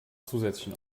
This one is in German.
zusätzlichen